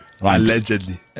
Allegedly